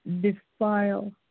defile